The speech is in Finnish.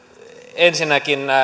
ensinnäkin